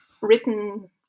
written